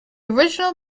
original